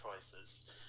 choices